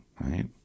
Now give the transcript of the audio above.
right